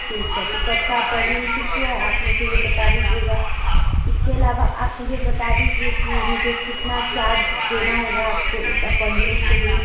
ठीक है तो कब का अपॉइंटमेंट फिक्स हुआ है आप मुझे ये बता दीजिएगा इसके अलावा आप मुझे बता दीजिए कि मुझे कितना चार्ज देना होगा आप को इस अपॉइंटमेंट के लिए